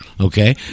okay